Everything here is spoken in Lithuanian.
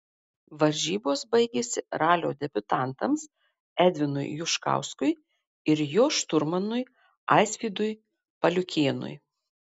varžybos baigėsi ralio debiutantams edvinui juškauskui ir jo šturmanui aisvydui paliukėnui